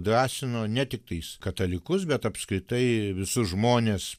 drąsino ne tiktais katalikus bet apskritai visus žmones